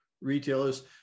retailers